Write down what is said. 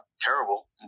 terrible